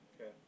Okay